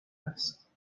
است